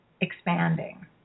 expanding